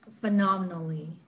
phenomenally